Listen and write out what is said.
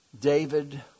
David